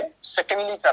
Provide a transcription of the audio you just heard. Secondly